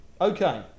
Okay